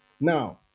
Now